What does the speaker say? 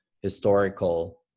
historical